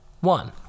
one